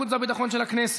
חברת הכנסת יעל גרמן,